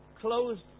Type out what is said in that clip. Closed